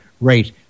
rate